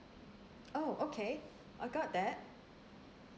oh okay I got that